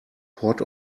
port